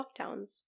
lockdowns